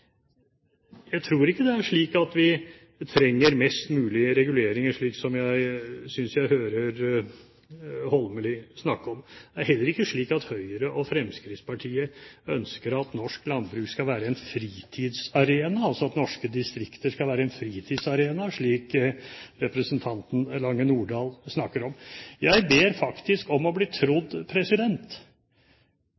Jeg tror ikke det er slik at vi trenger mest mulig reguleringer, slik som jeg synes jeg hører Holmelid snakke om. Det er heller ikke slik at Høyre og Fremskrittspartiet ønsker at norsk landbruk skal være en fritidsarena, altså at norske distrikter skal være en fritidsarena, slik representanten Lange Nordahl snakker om. Jeg ber faktisk om å bli